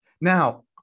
Now